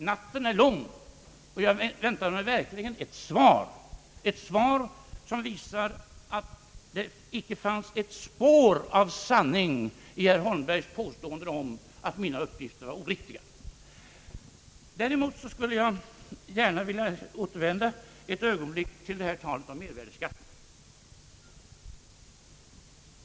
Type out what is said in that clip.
Natten är emellertid lång, och jag väntar mig verkligen ett svar som visar att det icke finns ett spår av sanning i herr Holmbergs påstående att mina uppgifter var oriktiga. Jag skulle ett ögonblick vilja återvända till talet om mervärdeskatten.